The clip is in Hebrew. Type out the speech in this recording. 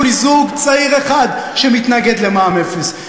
אבל לכו תמצאו לי זוג צעיר אחד שמתנגד למע"מ אפס.